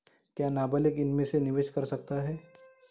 क्या नाबालिग इसमें निवेश कर सकता है?